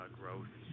growth